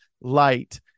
light